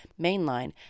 mainline